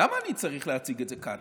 למה אני צריך להציג את זה כאן?